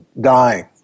dying